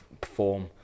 perform